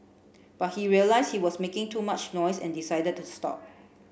but he realised he was making too much noise and decided to stop